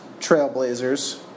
Trailblazers